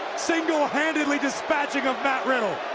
single-handedly dispatching of matt riddle.